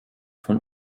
von